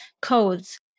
codes